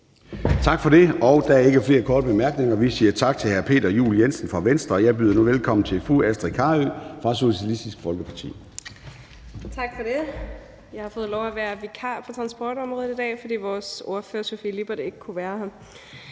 Tak for det. Der er ikke flere korte bemærkninger. Vi siger tak til hr. Peter Juel-Jensen fra Venstre, og jeg byder nu velkommen til fru Astrid Carøe fra Socialistisk Folkeparti. Kl. 14:31 (Ordfører) Astrid Carøe (SF): Tak for det. Jeg har fået lov at være vikar på transportområdet i dag, fordi vores ordfører Sofie Lippert ikke kunne være her.